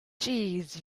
jeez